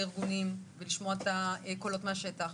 את הארגונים ואת הקולות מהשטח.